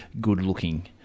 good-looking